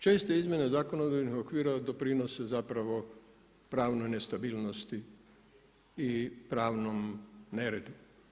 Česte izmjene zakonodavnih okvira doprinose zapravo pravnoj nestabilnosti i pravnom neredu.